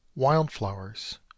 Wildflowers